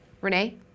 Renee